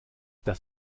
das